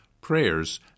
prayers